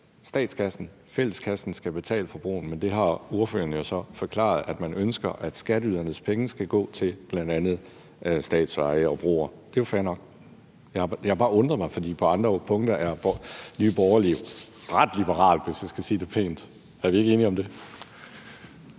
statskassen, fælleskassen, skal betale for broen. Men ordføreren har jo så forklaret, at man ønsker, at skatteydernes penge skal gå til bl.a. statsveje og broer. Det er jo fair nok. Jeg har bare undret mig, for på andre punkter er Nye Borgerlige ret liberale, hvis jeg skal sige det pænt. Er vi ikke enige om det?